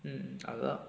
mm அதா:athaa